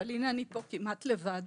אבל הנה אני פה כמעט לבד,